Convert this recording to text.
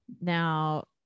Now